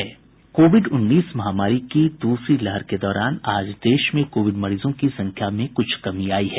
Covid उन्नीस महामारी की दूसरी लहर के दौरान आज देश में कोविड मरीजों की संख्या में कुछ कमी आयी है